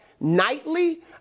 nightly